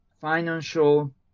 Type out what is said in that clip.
financial